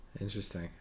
interesting